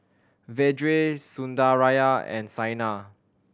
Vedre Sundaraiah and Saina